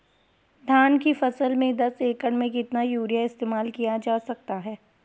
धान की फसल में दस एकड़ में कितना यूरिया इस्तेमाल किया जा सकता है?